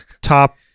top